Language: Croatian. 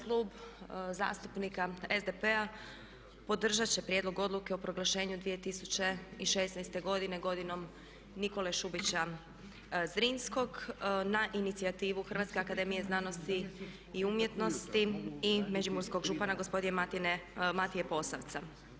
Klub zastupnika SDP-a podržati će Prijedlog odluke o proglašenju 2016. godine godinom Nikole Šubića Zrinskog na inicijativu Hrvatske akademije znanosti i umjetnosti i međimurskog župana gospodina Matije Posavca.